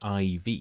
IV